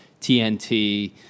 TNT